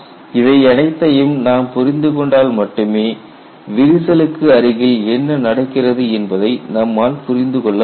இவை அனைத்தையும் நாம் புரிந்து கொண்டால் மட்டுமே விரிசலுக்கு அருகில் என்ன நடக்கிறது என்பதை நம்மால் புரிந்து கொள்ள முடியும்